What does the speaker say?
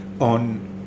on